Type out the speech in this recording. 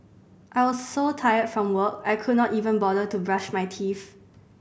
I was so tired from work I could not even bother to brush my teeth